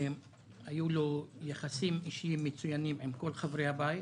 היו לו יחסים אישיים מצוינים עם כל חברי הבית.